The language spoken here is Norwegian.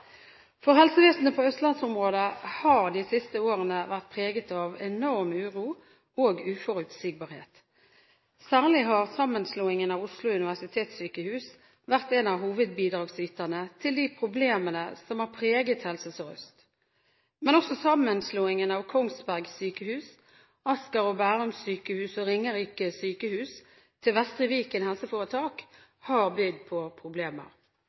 For helsevesenet i østlandsområdet har de siste årene vært preget av enorm uro og uforutsigbarhet. Særlig har sammenslåingen av Oslo universitetssykehus vært en av hovedbidragsyterne til de problemene som har preget Helse Sør-Øst. Men også sammenslåingen av Kongsberg sykehus, Sykehuset Asker og Bærum og Ringerike sykehus til Vestre Viken helseforetak har bydd på problemer.